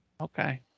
Okay